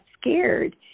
scared